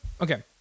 Okay